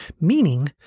meaning